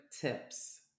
tips